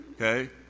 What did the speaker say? okay